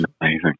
amazing